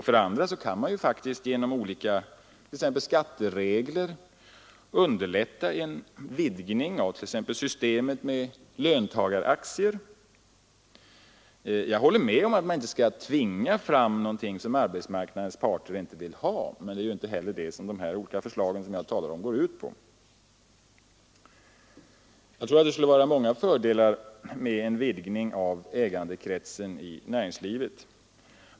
För det andra kan man ju genom bl.a. olika skatteregler underlätta en vidgning av t.ex. systemet med löntagaraktier. Jag håller med om att man inte skall tvinga fram något som arbetsmarknadens parter inte vill ha. Men det är ju inte heller det som de olika förslag jag talar om går ut på. Det skulle vara många fördelar med en vidgning av ägandekretsen inom näringslivet.